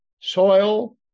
soil